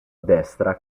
destra